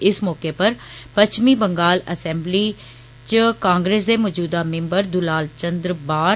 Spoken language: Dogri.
इस मौके पर पच्छमी बंगाल असैम्बली च कांग्रेस दे मौजूदा मिम्बर दुलाल चन्द्र ठ